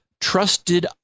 trusted